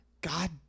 God